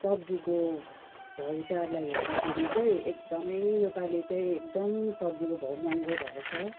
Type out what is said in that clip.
सब्जीको भाउ विचारलाई हेर्दाखेरि चाहिँ एकदमै योपालि चाहिँ एकदम सब्जीको भाउ महँगो भएको छ